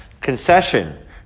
concession